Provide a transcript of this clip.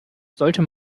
sollte